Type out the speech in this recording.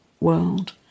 world